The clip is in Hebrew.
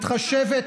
מתחשבת.